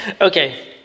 Okay